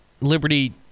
Liberty